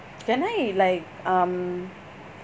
can I like um